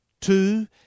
Two